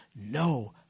No